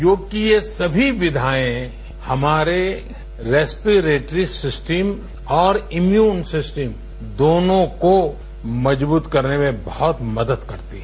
योग की ये सभी विधाएं हमारे रेस्पेरेट्री सिस्टम और इम्युनिटी सिस्टम दोनों को मजब्रत करने में बहुत मदद करता है